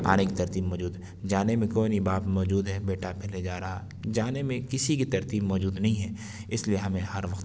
آنے کی ترتیب موجود جانے میں کوئی نہیں باپ موجود ہے بیٹا پہلے جا رہا جانے میں کسی کی ترتیب موجود نہیں ہے اس لیے ہمیں ہر وقت